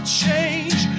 change